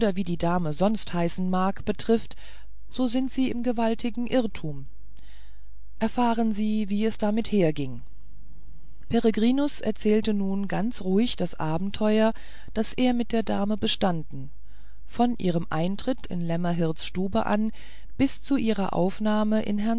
wie die dame sonst heißen mag betrifft so sind sie im gewaltigen irrtum erfahren sie wie es damit herging peregrinus erzählte nun ganz ruhig das abenteuer das er mit der dame bestanden von ihrem eintritt in lämmerhirts stube an bis zu ihrer aufnahme